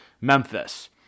Memphis